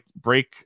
break